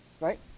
right